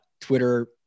Twitter